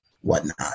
whatnot